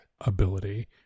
ability